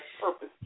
purpose